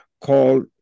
called